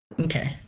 Okay